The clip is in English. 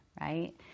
right